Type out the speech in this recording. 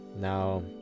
now